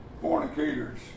fornicators